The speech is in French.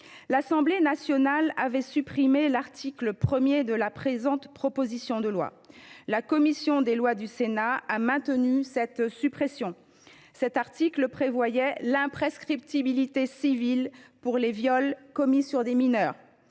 L’Assemblée nationale avait supprimé l’article 1 de la présente proposition de loi, et notre commission des lois a maintenu cette suppression. Ledit article prévoyait l’imprescriptibilité civile pour les viols commis sur des mineurs.